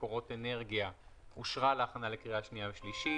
מקורות אנרגיה אושרה להכנה לקריאה שנייה ושלישית.